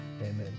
amen